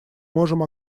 можем